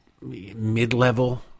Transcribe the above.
mid-level